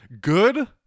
good